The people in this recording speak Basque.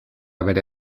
bere